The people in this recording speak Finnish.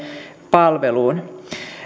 palveluun